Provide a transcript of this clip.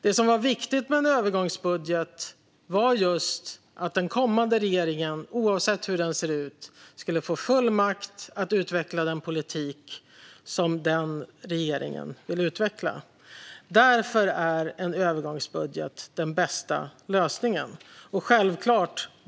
Det som var viktigt med en övergångsbudget var just att den kommande regeringen, oavsett hur den ser ut, skulle få full makt att utveckla den politik som den regeringen vill utveckla. Därför är en övergångsbudget den bästa lösningen.